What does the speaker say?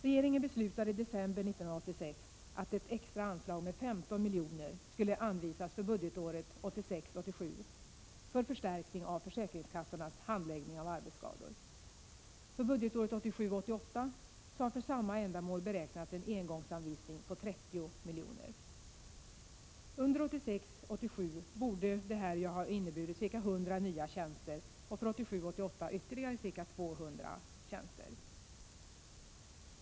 Regeringen beslutade i december 1986 att ett extra anslag på 15 miljoner skulle anvisas för budgetåret 1986 88 har för samma ändamål beräknats en engångsanvisning på 30 miljoner. Under 1986 88 ytterligare ca 200 tjänster.